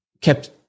kept